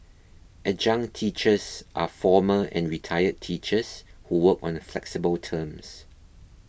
adjunct teachers are former and retired teachers who work on the flexible terms